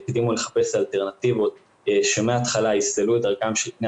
יקדימו לחפש אלטרנטיבות שמהתחלה יסללו את דרכם של בני